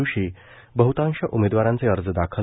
दिवशी बहतांश उमेदवारांचे अर्ज दाखल